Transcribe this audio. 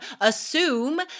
assume